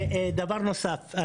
דבר נוסף,